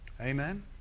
Amen